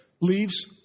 leaves